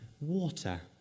Water